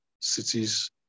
cities